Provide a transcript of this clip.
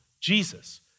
Jesus